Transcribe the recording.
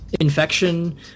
infection